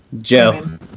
Joe